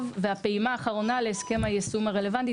והפעימה האחרונה להסכם היישום הרלוונטי,